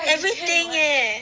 everything eh